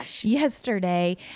yesterday